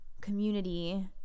community